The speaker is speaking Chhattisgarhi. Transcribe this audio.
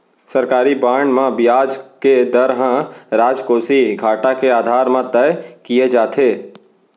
सरकारी बांड म बियाज के दर ह राजकोसीय घाटा के आधार म तय किये जाथे